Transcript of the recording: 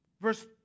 Verse